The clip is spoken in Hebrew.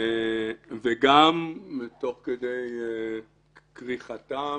וגם תוך כדי כריכתם